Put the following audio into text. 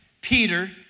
Peter